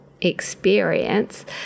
experience